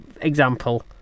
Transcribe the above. example